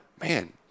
man